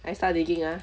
I start digging ah